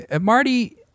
Marty